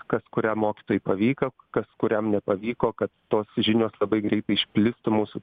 kas kuriam mokytojui pavyko kas kuriam nepavyko kad tos žinios labai greitai išplistų mūsų